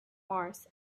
mars